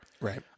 Right